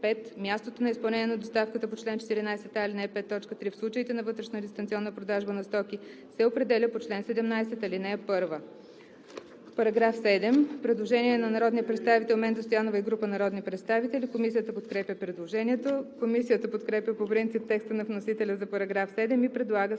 Мястото на изпълнение на доставката по чл. 14а, ал. 5, т. 3 в случаите на вътрешна дистанционна продажба на стоки се определя по чл. 17, ал. 1.“ По § 7 има предложение на народния представител Менда Стоянова и група народни представители. Комисията подкрепя предложението. Комисията подкрепя по принцип текста на вносителя за § 7 и предлага